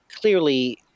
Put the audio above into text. clearly